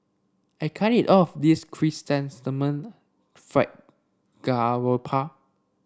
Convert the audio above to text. I can't eat all of this Chrysanthemum Fried Garoupa